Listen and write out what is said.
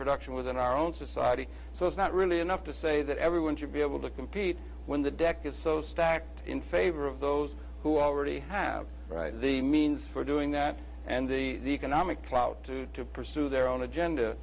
production within our own society so it's not really enough to say that everyone should be able to compete when the deck is so stacked in favor of those who already have the means for doing that and the economic clout to pursue their own agenda